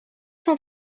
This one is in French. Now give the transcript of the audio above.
cent